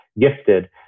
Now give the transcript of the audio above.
gifted